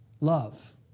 love